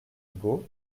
hugo